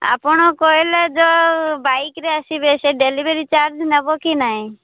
ଆପଣ କହିଲେ ଯେଉଁ ବାଇକ୍ରେ ଆସିବେ ସେ ଡେଲିଭରୀ ଚାର୍ଜ ନେବ କି ନାହିଁ